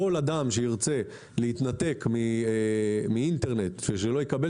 כל אדם שירצה להתנתק מאינטרנט ושלא יקבל